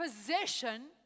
possession